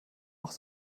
auch